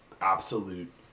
absolute